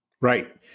Right